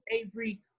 Avery